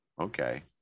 Okay